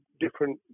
different